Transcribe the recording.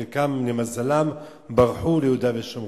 חלקם, למזלם, ברחו ליהודה ושומרון,